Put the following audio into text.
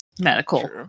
medical